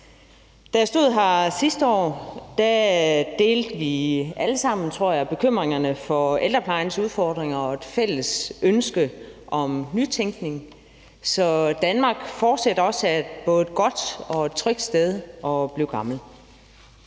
Da jeg stod her sidste år, tror jeg, vi alle sammen delte bekymringerne for ældreplejens udfordringer og et fælles ønske om nytænkning, så Danmark også fortsat er et både godt og trygt sted at blive gammel,